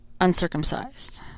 uncircumcised